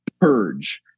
purge